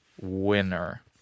winner